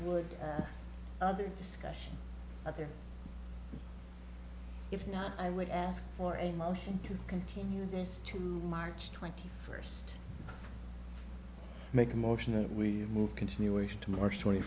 would other discussion other if not i would ask for a motion to continue this to march twenty first make a motion that we move continuation to march twenty